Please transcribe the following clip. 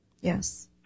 Yes